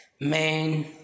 Man